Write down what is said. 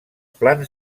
plans